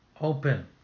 open